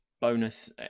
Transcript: bonus